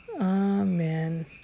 amen